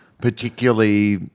particularly